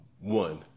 one